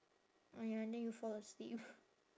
orh ya then you fall asleep